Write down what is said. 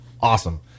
Awesome